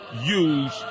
use